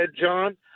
John